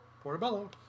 Portobello